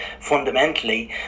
fundamentally